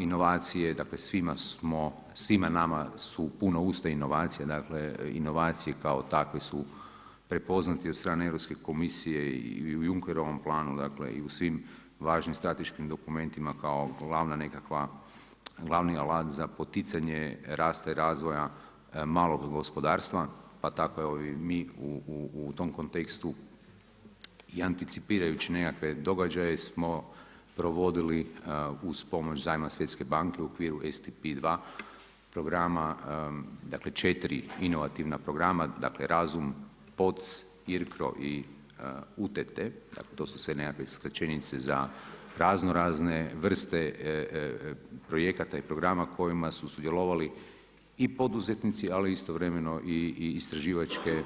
Inovacije, dakle svima nama su puna usta inovacija, dakle inovacije kao takve su prepoznate od strane Europske komisije i u Junckerovom planu i u svim važnim strateškim dokumentima kao nekakav glavni alat za poticanje rasta i razvoja malog gospodarstva, pa tako evo i mi u tom kontekstu i anticipirajući nekakve događaje smo provodili uz pomoć zajma Svjetske banke u okviru ESTP II programa dakle četiri inovativna programa, dakle Razum, POC, IRCRO i UTT to su sve nekakve skraćenice za raznorazne vrste projekata i programa u kojima su sudjelovali i poduzetnici, ali istovremeno i istraživačke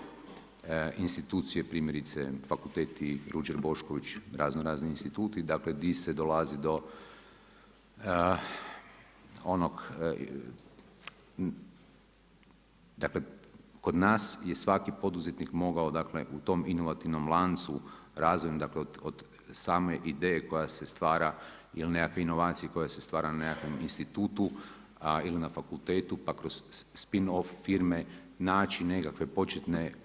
institucije primjerice fakulteti, Ruđer Bošković, raznorazni instituti, dakle gdje se dolazi do onog dakle kod nas je svaki poduzetnik mogao dakle u tom inovativnom lancu razvojem dakle od same ideje koja se stvara ili nekakve inovacije koje se stvara na nekakvom institutu ili na fakultetu pa kroz spin off firme naći nekakvu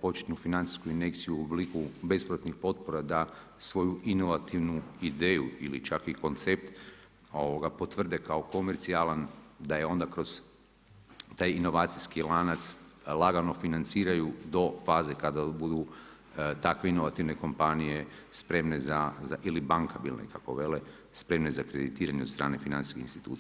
početnu financijsku injekciju u obliku besplatnih potpora da svoju inovativnu ideju ili čak i koncept potvrde kao komercijalan, da je onda kroz taj inovacijski lanac lagano financiraju do faze kada budu takve inovativne kompanije spremne za ili bankabilne kako vele, spremne za kreditiranje od strane financijskih institucija.